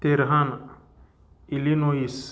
Tehran illinois